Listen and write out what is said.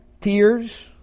Tears